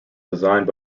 designed